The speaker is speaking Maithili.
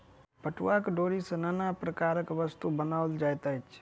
पटुआक डोरी सॅ नाना प्रकारक वस्तु बनाओल जाइत अछि